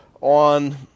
on